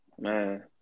Man